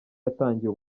yatangiye